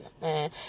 man